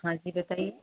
हाँ जी बताइए